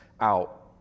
out